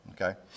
Okay